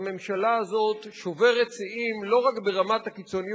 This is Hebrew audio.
הממשלה הזאת שוברת שיאים לא רק ברמת הקיצוניות